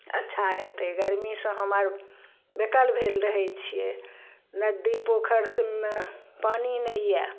अच्छा हेतय गरमीसँ हम आर बेकल भेल रहय छियै नदि पोखरि सबमे पानि नहि यऽ